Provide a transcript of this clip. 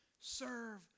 Serve